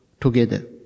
together